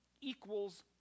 equals